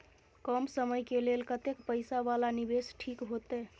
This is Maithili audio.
कम समय के लेल कतेक पैसा वाला निवेश ठीक होते?